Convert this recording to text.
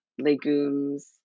legumes